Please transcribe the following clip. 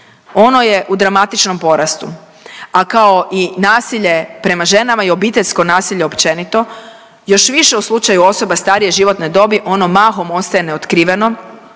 Ono je u dramatičnom porastu, a kao i nasilje prema ženama i obiteljsko nasilje općenito još više u slučaju osoba starije životne dobi ono mahom ostaje neotkriveno,